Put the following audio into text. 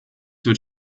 wird